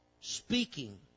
speaking